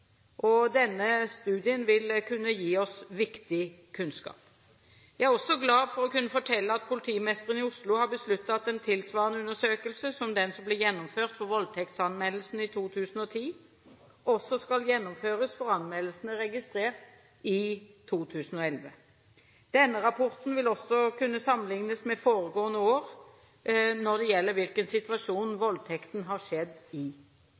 Denne studien vil kunne gi oss viktig kunnskap. Jeg er også glad for å kunne fortelle at politimesteren i Oslo har besluttet at en tilsvarende undersøkelse som den som ble gjennomført etter voldtektsanmeldelsene i 2010, også skal gjennomføres med tanke på anmeldelsene registrert i 2011. Denne rapporten vil kunne sammenlignes med foregående år også når gjelder hvilken situasjon voldtekten har skjedd i.